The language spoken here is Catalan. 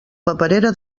paperera